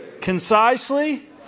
concisely